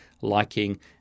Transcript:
liking